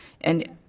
And-